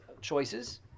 choices